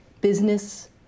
business